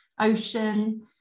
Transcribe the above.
ocean